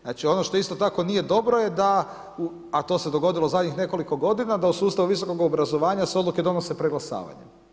Znači ono što isto tako nije dobro je da, a to se dogodilo u zadnjih nekoliko godina da su sustavu visokog obrazovanja se odluke donose preglasavanjem.